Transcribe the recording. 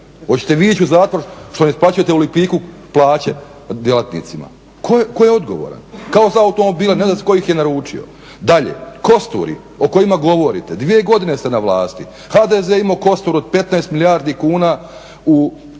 oćete vi ići u zatvor što ne isplaćujete u Lipiku plaće djelatnicima? Tko je odgovoran, kao za automobile ne zna se tko ih je naručio. Dalje, kosturi o kojima govorite, dvije godine ste na vlasti, HDZ je imao kostur od 15 milijardi kuna